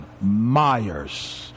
myers